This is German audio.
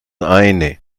eine